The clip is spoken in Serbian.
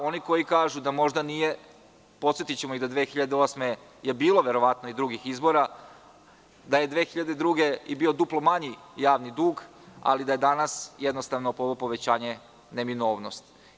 Oni koji kažu da možda nije, podsetiću ih da je 2008. godine bilo verovatno i drugih izbora, da je 2002. godine bilo duplo manji javni dug, ali da je danas ovo povećanje neminovnost.